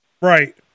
Right